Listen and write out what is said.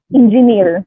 engineer